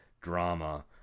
drama